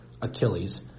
Achilles